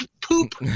poop